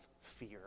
fear